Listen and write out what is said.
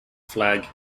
flag